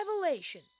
revelation